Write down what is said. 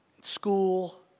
school